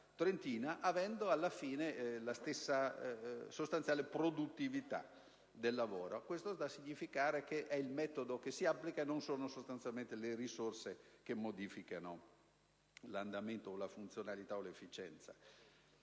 trentina, avendo alla fine la stessa sostanziale produttività del lavoro. Ciò sta a significare che molto è legato al metodo che si applica e non sono sostanzialmente le risorse che modificano la funzionalità, l'andamento